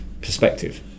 perspective